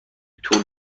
طول